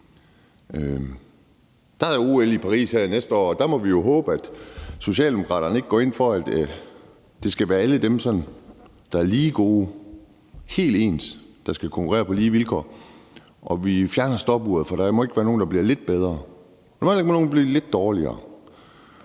Der er OL i Paris her næste år, og der må vi jo håbe, at Socialdemokraterne ikke går ind for, at det skal være alle dem, der er lige gode, altså helt ens, som skal konkurrere på lige vilkår, og at vi skal fjerne stopuret, fordi der ikke må være nogen, der er lidt bedre, og der heller ikke må være nogen, som er lidt dårligere.